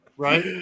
Right